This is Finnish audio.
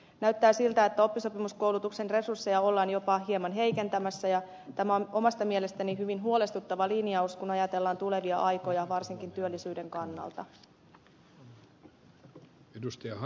näyttää siltä että oppisopimuskoulutuksen resursseja ollaan jopa hieman heikentämässä ja tämä on omasta mielestäni hyvin huolestuttava linjaus kun ajatellaan tulevia aikoja varsinkin työllisyyden kannalta